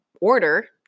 order